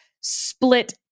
split